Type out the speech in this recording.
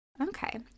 Okay